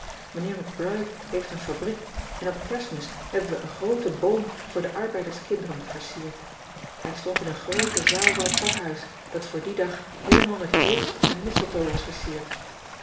ijnheer c ride heeft een fabriek en op erstmis hebben we een grooten boom voor de arbeiderskinderen versierd ij stond in een groote zaal van het pakhuis dat voor dien dag heelemaal met hulst en mistletoe was versierd